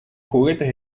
juguetes